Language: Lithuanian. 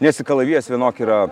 nes kalavijas vienok yra